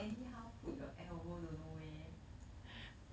anyhow put your elbow don't know where